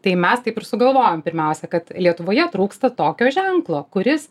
tai mes taip ir sugalvojom pirmiausia kad lietuvoje trūksta tokio ženklo kuris